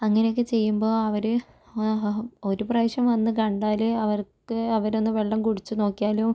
അങ്ങനെ ഒക്കെ ചെയ്യുമ്പോൾ അവര് ഒരു പ്രാവിശ്യം വന്ന് കണ്ടാല് അവർക്ക് അവരൊന്ന് വെള്ളം കുടിച്ച് നോക്കിയാലും